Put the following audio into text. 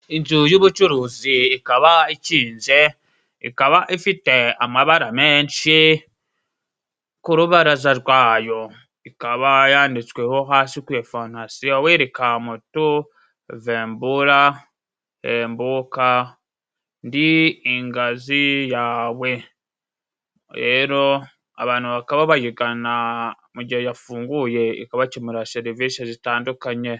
Inzu y'ubucuruzi ikaba ikinze, ikaba ifite amabara menshi ku rubaraza rwayo. Ikaba yanditsweho hasi kuri fondasiyo Welikamutuvembura hembuka ndi ingazi yawe. Rero, abantu bakaba bayigana mu gihe yafunguye ikabakemurira serivisi zitandukanye.